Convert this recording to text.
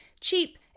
cheap